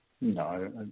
No